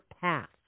path